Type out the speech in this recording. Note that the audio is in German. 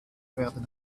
werden